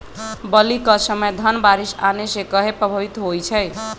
बली क समय धन बारिस आने से कहे पभवित होई छई?